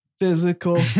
Physical